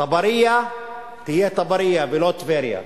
טברייה תהיה "טברייה" ולא "טבריה".